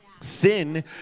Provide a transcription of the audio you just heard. Sin